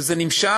וזה נמשך,